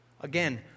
again